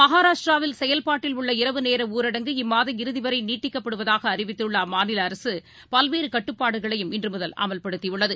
மகாராஷ்ட்டிராவில் செயல்பாட்டில் உள்ள இரவு நேரஊரடங்கு இம்மாதம் இறுதிவரைநீட்டிக்கப்படுவதாகஅறிவித்துள்ளஅம்மாநிலஅரசுபல்வேறுகட்டுப்பாடுகளையும் இன்றுமுதல் அமல்படுத்தியுள்ளது